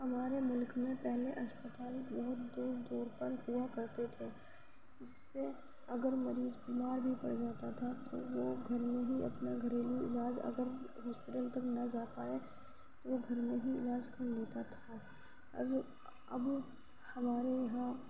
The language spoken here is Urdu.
ہمارے مُلک میں پہلے اسپتال بہت دور دور پر ہُوا کرتے تھے جس سے اگر مریض بیمار بھی پڑ جاتا تھا تو وہ گھر میں ہی اپنا گھریلو علاج اگر ہاسپیٹل تک نہ جا پائے وہ گھر میں ہی علاج کر لیتا تھا از اب ہمارے یہاں